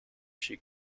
she